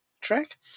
track